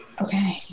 Okay